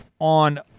on